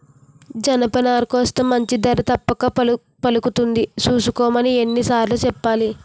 జనపనారేస్తే మంచి ధర తప్పక పలుకుతుంది సూసుకోమని ఎన్ని సార్లు సెప్పాలి?